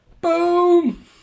Boom